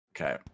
Okay